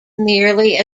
merely